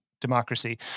democracy